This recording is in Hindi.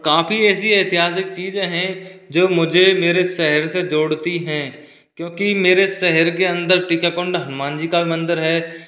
और काफ़ी ऐसी ऐतिहासिक चीज़े है जो मुझे मेरे शहर से जोड़ती हैं क्योंकि मेरे शहर के अंदर टीका कुंड हनुमानजी का भी मंदिर है